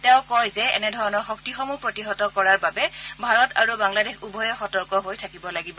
তেওঁ কয় যে এনেধৰণৰ শক্তিসমূহ প্ৰতিহত কৰাৰ বাবে ভাৰত আৰু বাংলাদেশ উভয়ে সতৰ্ক হৈ থাকিব লাগিব